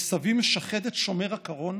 וסבי משחד את שומר הקרון